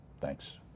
Thanks